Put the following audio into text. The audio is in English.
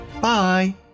Bye